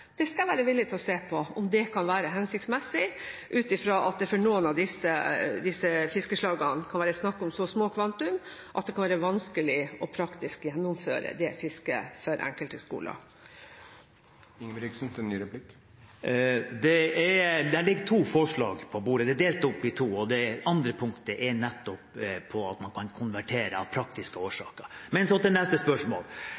skal jeg være villig til å se på om er hensiktsmessig ut ifra at det for noen av disse fiskeslagene kan være snakk om så små kvantum at det kan være vanskelig å gjennomføre det fisket i praksis for enkelte skoler. Forslaget er delt opp i to, og det andre punktet handler nettopp om at man kan konvertere av praktiske